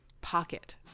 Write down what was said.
pocket